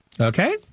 Okay